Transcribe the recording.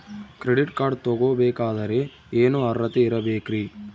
Credit card ತೊಗೋ ಬೇಕಾದರೆ ಏನು ಅರ್ಹತೆ ಇರಬೇಕ್ರಿ?